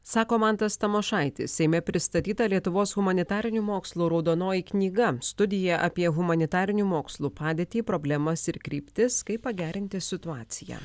sako mantas tamošaitis seime pristatyta lietuvos humanitarinių mokslų raudonoji knyga studija apie humanitarinių mokslų padėtį problemas ir kryptis kaip pagerinti situaciją